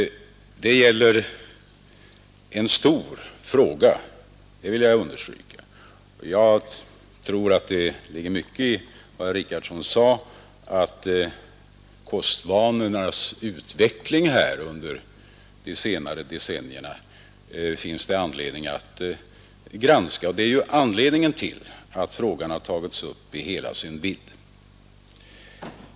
Det gäller en stor fråga, det vill jag understryka, och jag tror att det ligger mycket i vad herr Richardson sade, att kostvanornas utveckling under de senare decennierna finns det anledning att granska. Det är också därför frågan har tagits upp i hela sin vidd.